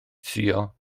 suo